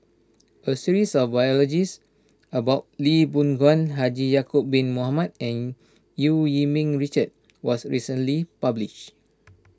a series of biographies about Lee Boon Ngan Haji Ya'Acob Bin Mohamed and Eu Yee Ming Richard was recently published